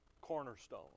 cornerstone